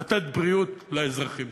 לתת בריאות לאזרחים.